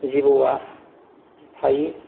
जिबौआ थायो